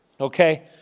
okay